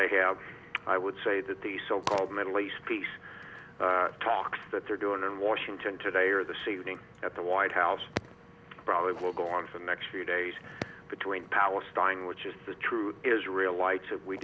they have i would say that the so called middle east peace talks that they're doing in washington today are the seating at the white house probably will go on for the next few days between palestine which is the true israel lights